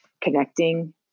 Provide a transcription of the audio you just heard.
connecting